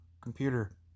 computer